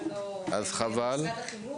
של המועצה לגיל הרך?